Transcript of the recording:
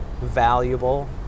valuable